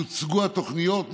יוצגו התוכניות,